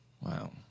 wow